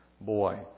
boy